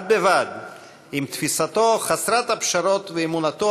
בד בבד עם תפיסתו חסרת הפשרות ואמונתו